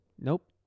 Nope